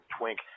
twink